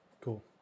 Cool